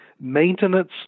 maintenance